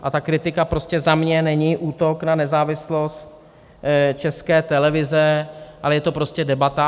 A ta kritika prostě za mě není útok na nezávislost České televize, ale je to prostě debata.